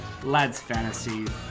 ladsfantasy